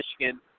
Michigan